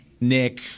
Nick